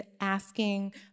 asking